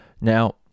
Now